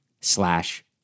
slash